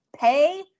pay